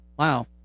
Wow